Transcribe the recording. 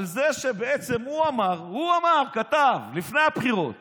על זה שבעצם הוא אמר, הוא אמר, כתב, לפני הבחירות